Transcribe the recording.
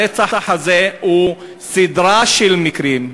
הרצח הזה הוא אחד בסדרה של מקרים,